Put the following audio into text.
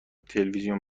تلویزیون